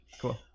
cool